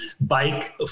bike